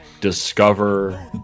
discover